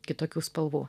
kitokių spalvų